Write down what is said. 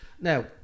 Now